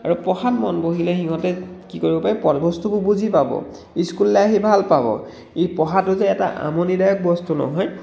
আৰু পঢ়াত মন বহিলে সিহঁতে কি কৰিব পাৰি পঢ়া বস্তুবোৰ বুজি পাব স্কুললৈ আহি ভাল পাব ই পঢ়াটো যে এটা আমনিদায়ক বস্তু নহয়